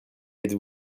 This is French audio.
êtes